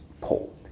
Poll